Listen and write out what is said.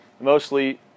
mostly